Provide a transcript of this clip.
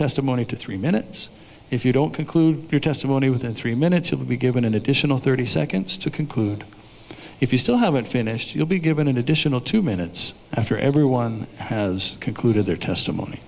testimony to three minutes if you don't conclude your testimony within three minutes will be given an additional thirty seconds to conclude if you still haven't finished you'll be given an additional two minutes after everyone has concluded their testimony